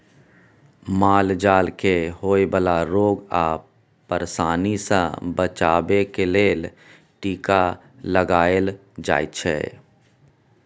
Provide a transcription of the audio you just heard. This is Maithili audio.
माल जाल केँ होए बला रोग आ परशानी सँ बचाबे लेल टीका लगाएल जाइ छै